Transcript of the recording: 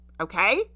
okay